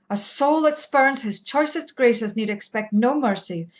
a soul that spurns his choicest graces need expect no mercy,